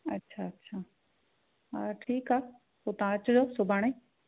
अच्छा अच्छा हा ठीकु आहे पोइ तव्हां अचिजो सुभाणे